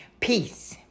Peace